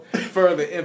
further